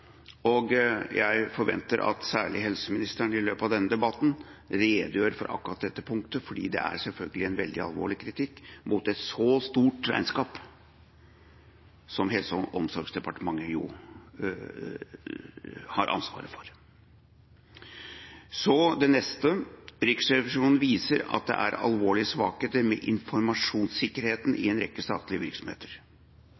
Jeg forventer at særlig helseministeren i løpet av denne debatten redegjør for akkurat dette punktet, fordi det er selvfølgelig en veldig alvorlig kritikk mot et så stort regnskap som det Helse- og omsorgsdepartementet har ansvaret for. Det neste er at Riksrevisjonen viser at det er alvorlige svakheter med informasjonssikkerheten